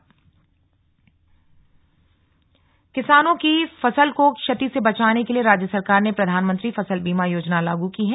बीमा योजना किसानों की फसल को क्षति से बचाने के लिए राज्य सरकार ने प्रधानमंत्री फसल बीमा योजना लागू की है